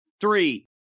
Three